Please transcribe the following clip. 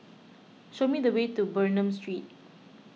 show me the way to Bernam Street